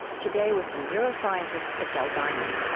today with the neuroscientist adele diamond.